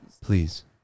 Please